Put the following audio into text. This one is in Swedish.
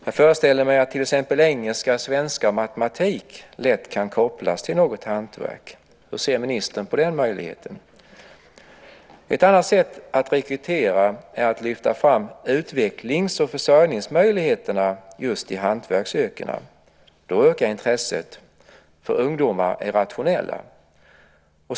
Jag föreställer mig att till exempel engelska, svenska och matematik lätt kan kopplas till något hantverk. Hur ser ministern på den möjligheten? Ett annat sätt att rekrytera är att lyfta fram utvecklings och försörjningsmöjligheterna inom just hantverksyrkena. Då ökar intresset, eftersom ungdomar är rationella.